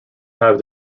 have